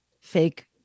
fake